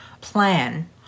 plan